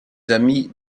amis